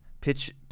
pitch